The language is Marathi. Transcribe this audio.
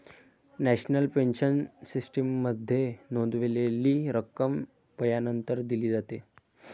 नॅशनल पेन्शन सिस्टीममध्ये नोंदवलेली रक्कम वयानंतर दिली जाते